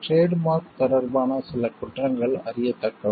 trade mark தொடர்பான சில குற்றங்கள் அறியத்தக்கவை